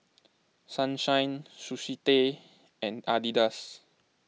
Sunshine Sushi Tei and Adidas